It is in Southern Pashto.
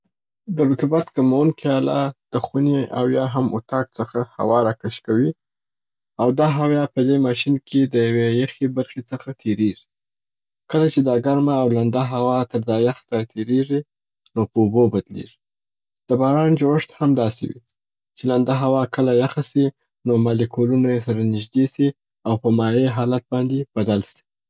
د رطوبت کمونکې آله د خونې او یا هم اطاق څخه هوا را کښ کوي او دا هیوا بیا په دې ماشین کې د یوې یخي برخي څخه تیریږي. کله چې دا ګرمه او لنده هوا تر دا یخ ځای تیریږي، نو په اوبو بدلیږي. د باران جوړښت هم داسي وي، چې لنده هوا کله یخه سي نو مالیکولونه یې سره نږدې سې او په مایع حالت بدل سي.